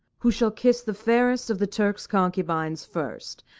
who shall kiss the fairest of the turks' concubines first,